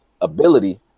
ability